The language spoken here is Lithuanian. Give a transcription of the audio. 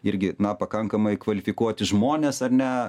irgi na pakankamai kvalifikuoti žmonės ar ne